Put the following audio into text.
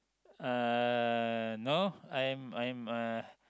uh no I am I am a